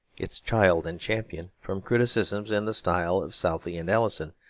its child and champion, from criticisms in the style of southey and alison,